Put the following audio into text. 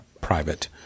private